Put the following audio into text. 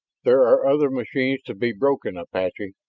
there other machines to be broken, apache.